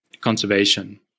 conservation